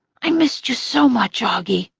i missed you so much, auggie.